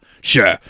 sure